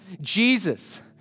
Jesus